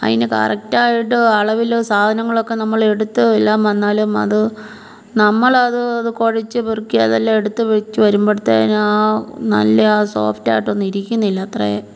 അതിന് കറക്റ്റ് ആയിട്ട് അളവിൽ സാധനങ്ങളൊക്കെ നമ്മൾ എടുത്ത് എല്ലാം വന്നാലും അത് നമ്മളത് അത് കുഴച്ച് പെറുക്കി അതെല്ലാം എടുത്ത് വെച്ച് വരുമ്പോഴ്ത്തേനും ആ നല്ല ആ സോഫ്റ്റായിട്ടൊന്നും ഇരിക്കുന്നില്ലത്രേം